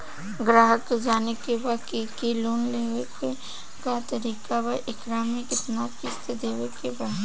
ग्राहक के जाने के बा की की लोन लेवे क का तरीका बा एकरा में कितना किस्त देवे के बा?